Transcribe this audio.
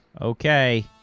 Okay